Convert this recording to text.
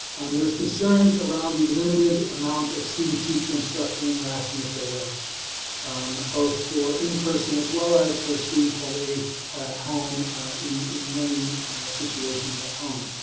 and there's concerns around the limited amount of student teacher instruction interaction that there was both for in person as well as for students while they are at home in in learning situations at home.